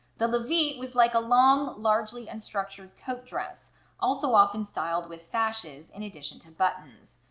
the levite was like a long, largely unstructured coat dress also often styled with sashes in addition to buttons.